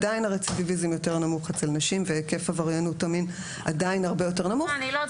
עדיין הרצידיביזם והיקף עבריינות המין עדיין הרבה יותר נמוך בקרב נשים.